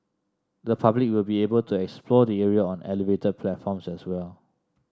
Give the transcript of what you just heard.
the public will be able to explore the area on elevated platforms as well